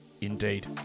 indeed